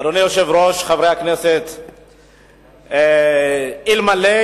אדוני היושב-ראש, חברי הכנסת, האמת, אלמלא